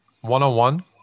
One-on-one